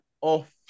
off